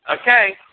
Okay